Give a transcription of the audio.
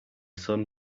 sun